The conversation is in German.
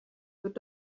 wird